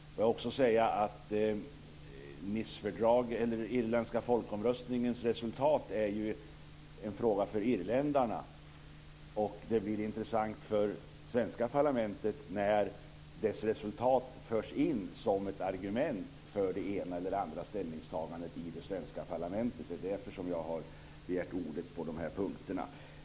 Jag vill också säga att den irländska folkomröstningens resultat ju är en fråga för irländarna. Och det blir intressant för det svenska parlamentet när dess resultat förs in som ett argument för det ena eller andra ställningstagandet i det svenska parlamentet. Det är därför som jag har begärt ordet på dessa punkter.